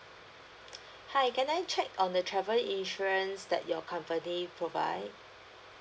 hi can I check on the travel insurance that your company provide